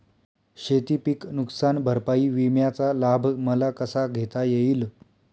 शेतीपीक नुकसान भरपाई विम्याचा लाभ मला कसा घेता येईल?